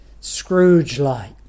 Scrooge-like